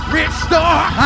restore